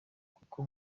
kuko